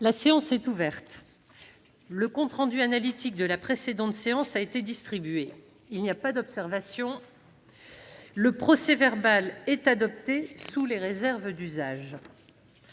La séance est ouverte. Le compte rendu analytique de la précédente séance a été distribué. Il n'y a pas d'observation ?... Le procès-verbal est adopté sous les réserves d'usage.